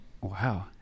Wow